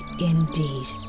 indeed